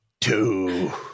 two